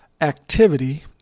activity